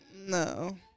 No